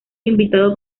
invitado